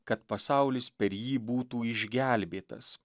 kad pasaulis per jį būtų išgelbėtas